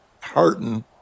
hurting